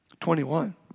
21